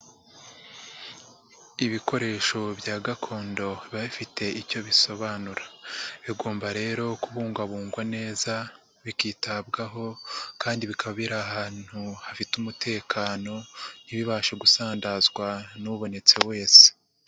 Ibikoresho bya gakondo bibabifite icyo bisobanura, bigomba rero kubungabungwa neza bikitabwaho kandi bikaba biri ahantu hafite umutekano ntibibashe gusandazwa n'ubonetse wese.